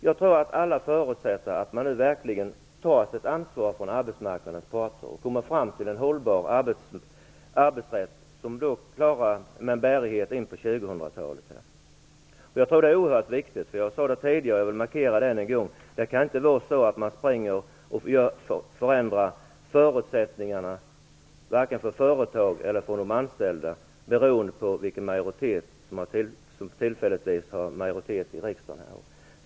Jag tror att alla förutsätter att arbetsmarknadens parter nu tar sitt ansvar och kommer fram till en hållbar arbetsrätt med en bärighet in på 2000-talet. Jag tror att det är oerhört viktigt. Jag vill än en gång markera att det inte kan vara så att man förändrar förutsättningarna för företag och de anställda beroende på vilka som för tillfället har majoritet i riksdagen.